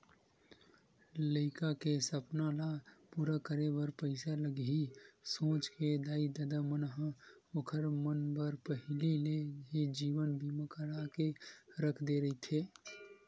लइका के सपना ल पूरा करे बर पइसा लगही सोच के दाई ददा मन ह ओखर मन बर पहिली ले ही जीवन बीमा करा के रख दे रहिथे